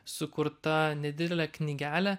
sukurta nedidelė knygelė